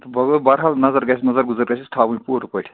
بوز حظ بھٹ حظ نظر گَژھِ نظر گُزَر گژھٮ۪س تھاوٕنۍ پوٗرٕ پٲٹھۍ